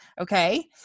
Okay